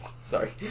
sorry